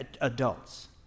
adults